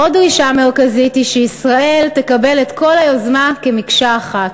עוד דרישה מרכזית היא שישראל תקבל את כל היוזמה כמקשה אחת.